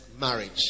marriage